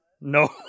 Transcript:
no